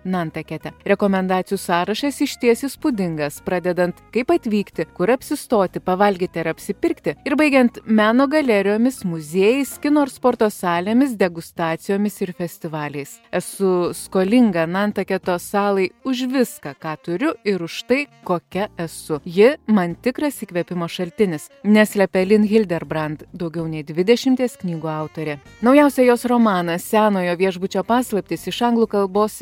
nantakete rekomendacijų sąrašas išties įspūdingas pradedant kaip atvykti kur apsistoti pavalgyti ar apsipirkti ir baigiant meno galerijomis muziejais kino ir sporto salėmis degustacijomis ir festivaliais esu skolinga nantaketo salai už viską ką turiu ir už tai kokia esu ji man tikras įkvėpimo šaltinis neslepia elin hilderbrand daugiau nei dvidešimties knygų autorė naujausią jos romaną senojo viešbučio paslaptys iš anglų kalbos